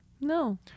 No